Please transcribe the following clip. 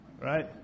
Right